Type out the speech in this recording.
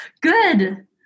Good